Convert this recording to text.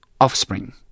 offspring